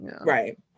right